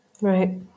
Right